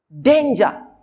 danger